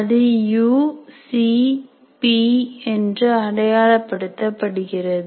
அது U - C P என்று அடையாளப்படுத்தப்படுகிறது